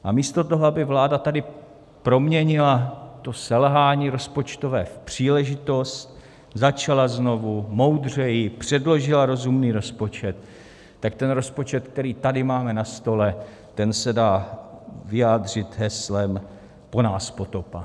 A místo toho, aby vláda tady proměnila to selhání rozpočtové v příležitost, začala znovu, moudřeji, předložila rozumný rozpočet, tak ten rozpočet, který tady máme na stole, ten se dá vyjádřit heslem po nás potopa.